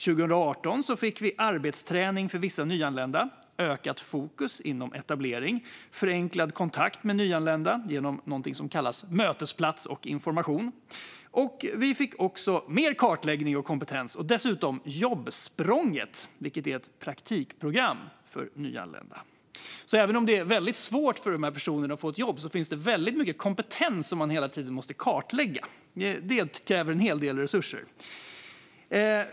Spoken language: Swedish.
År 2018 fick vi arbetsträning för vissa nyanlända, ökat fokus inom etablering och förenklad kontakt för nyanlända genom Mötesplatser och information. Vi fick också mer kartläggning av kompetens och dessutom Jobbsprånget, ett praktikprogram för nyanlända. Även om det är väldigt svårt för de här personerna att få jobb finns det alltså väldigt mycket kompetens som man hela tiden måste kartlägga. Det kräver en hel del resurser.